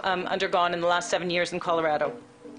שעברתם בקולורדו בשבע השנים האחרונות.